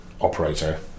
operator